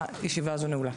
הישיבה הזו נעולה.